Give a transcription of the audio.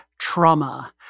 Trauma